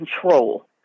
control